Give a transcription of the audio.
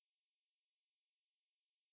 um so um